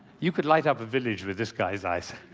you could light up a village with this guy's eyes.